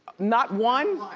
not one.